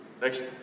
next